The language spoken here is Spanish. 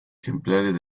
ejemplares